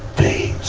the